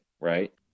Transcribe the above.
right